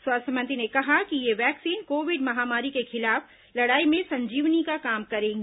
स्वास्थ्य मंत्री ने कहा कि ये वैक्सीन कोविड महामारी के खिलाफ लड़ाई में संजीवनी का काम करेंगी